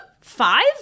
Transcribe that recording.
five